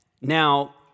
Now